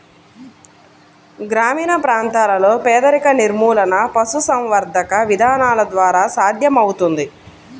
గ్రామీణ ప్రాంతాలలో పేదరిక నిర్మూలన పశుసంవర్ధక విధానాల ద్వారా సాధ్యమవుతుంది